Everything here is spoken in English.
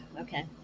Okay